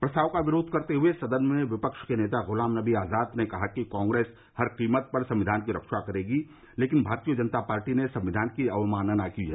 प्रस्ताव का विरोध करते हुए सदन में विपक्ष के नेता गुलाम नवी आजाद ने कहा कि कांग्रेस हर कीमत पर संविधान की रक्षा करेगी लेकिन भारतीय जनता पार्टी ने संविधान की अवमानना की है